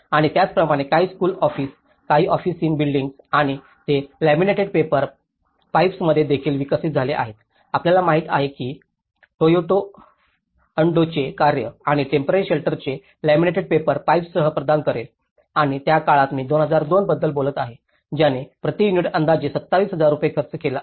आणि त्याचप्रमाणे काही स्कूल ऑफिस काही ऑफिसीन बिल्डींग्स आणि ते लॅमिनेटेड पेपर पाईप्समध्ये देखील विकसित झाले आहेत आपल्याला माहित आहे की टाडोओ अंडोTadao Andosचे कार्य आणि टेम्पोरारी शेल्टर जे लॅमिनेटेड पेपर पाईप्ससह प्रदान करेल आणि त्या काळात मी 2002 बद्दल बोलत आहे ज्याने प्रति युनिट अंदाजे 27000 रुपये खर्च केले आहेत